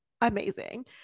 amazing